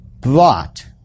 brought